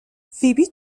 فیبی